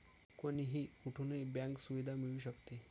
कोणीही कुठूनही बँक सुविधा मिळू शकते